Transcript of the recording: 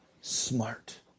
smart